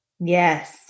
Yes